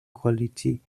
quality